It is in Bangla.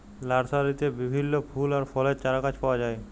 লার্সারিতে বিভিল্য ফুল আর ফলের চারাগাছ পাওয়া যায়